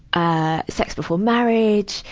ah, sex before marriage,